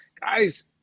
guys